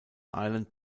island